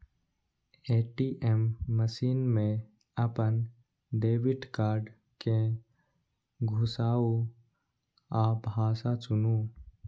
ATM machine मे अपन debit card कें घुसाउ आ भाषा चुनू